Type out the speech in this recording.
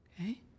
Okay